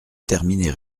terminer